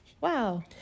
wow